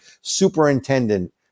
superintendent